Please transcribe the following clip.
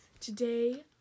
Today